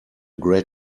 great